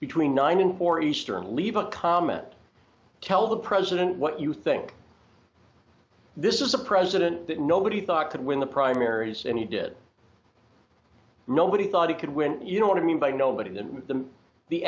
between nine and four easter and leave a comment tell the president what you think this is a president that nobody thought could win the primaries and he did nobody thought he could win you know what i mean by nobody tha